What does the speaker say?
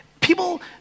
People